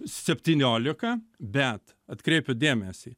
septyniolika bet atkreipiu dėmesį